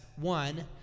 one